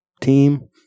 team